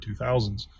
2000s